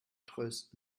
trösten